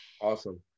awesome